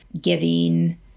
giving